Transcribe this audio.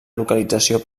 localització